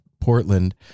Portland